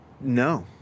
no